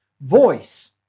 voice